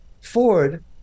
Ford